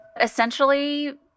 Essentially